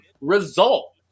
result